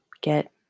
get